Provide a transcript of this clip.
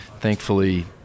Thankfully